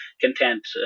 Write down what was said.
content